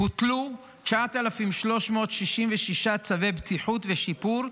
הוטלו 9,366 צווי בטיחות ושיפור,